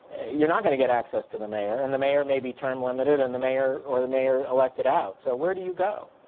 you're not going to get access to the mayor. and the mayor may be term limited. and the mayor, or the mayor elected out. so where do you go?